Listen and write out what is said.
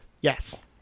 Yes